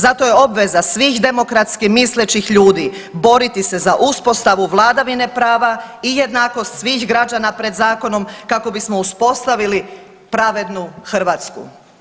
Zato je obveza svih demokratski mislećih ljudi boriti se za uspostavu vladavine prava i jednakost svih građana pred Zakonom kako bismo uspostavili pravednu Hrvatsku.